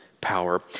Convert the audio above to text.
power